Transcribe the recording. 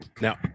Now